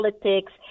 politics